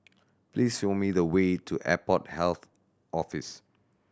please show me the way to Airport Health Office